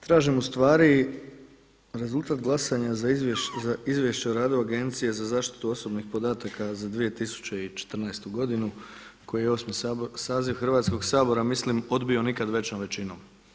Tražim ustvari rezultat glasanja za Izvješće o radu Agencije za zaštitu osobnih podataka za 2014. godinu koji je 8. saziv Hrvatskoga sabora mislio odbio nikad većom većinom.